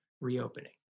reopening